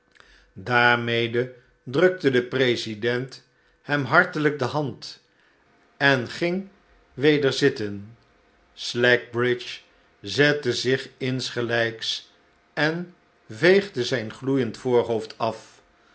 daarmede drukte de president hem hartelijk de hand en ging weder zitten slackbridge zette zich insgelijks en veegde zijn gloeiend voorhoofd af